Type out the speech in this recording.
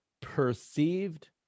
perceived